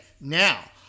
now